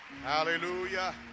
Hallelujah